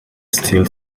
steel